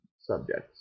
subjects